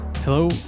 Hello